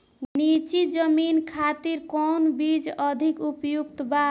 नीची जमीन खातिर कौन बीज अधिक उपयुक्त बा?